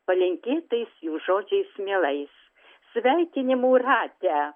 palinkėtais jų žodžiais mielais sveikinimų rate